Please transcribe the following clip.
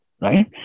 right